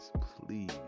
please